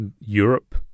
europe